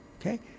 okay